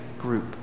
group